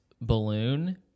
balloon